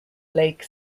lake